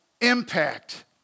impact